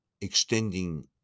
extending